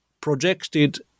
projected